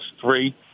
three